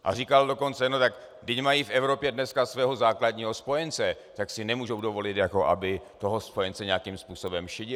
A říkal dokonce: no tak, vždyť mají v Evropě dneska svého základního spojence, tak si nemůžou dovolit, aby toho spojence nějakým způsobem šidili.